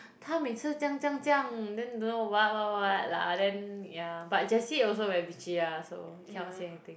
他每次这样这样这样 then don't know what what what lah then yeah but Jessie also very bitchy lah so cannot say anything